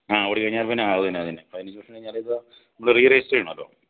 ആ ഓടിക്കഴിഞ്ഞാൽ പിന്നെ അതു തന്നെ അതു തന്നെ അപ്പോൾ എനിക്ക് പ്രശ്നമെന്നു പറഞ്ഞാൽ ഇപ്പോൾ നമ്മൾ റീ റെജിസ്റ്റർ ചെയ്യണമല്ലോ